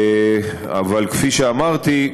אבל כפי שאמרתי,